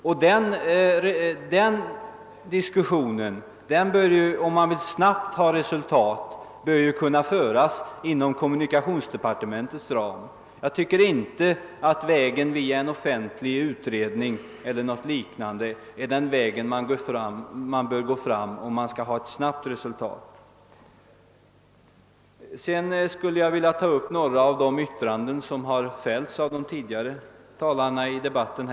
Om man vill åstadkomma resultat snabbt bör den diskussionen föras inom kommunikationsdepartementets ram. Man bör inte gå vägen via en offentlig utredning eller något liknande, om man vill ha fram ett snabbt resultat. Jag skulle sedan vilja ta upp några av de yttranden som har fällts av de tidigare talarna i debatten.